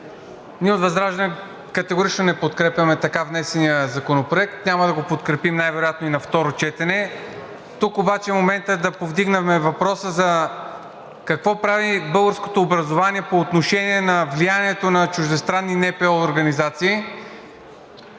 ние от ВЪЗРАЖДАНЕ категорично не подкрепяме така внесения законопроект. Няма да го подкрепим най-вероятно и на второ четене. Тук обаче е моментът да повдигнем въпроса: какво прави българското образование по отношение на влиянието на чуждестранни НПО, част